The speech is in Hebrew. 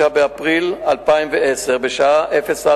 1. מה ייעשה להסקת מסקנות